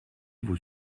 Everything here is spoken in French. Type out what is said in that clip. vos